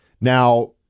Now